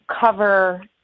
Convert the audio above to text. cover